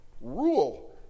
Rule